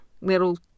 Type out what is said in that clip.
little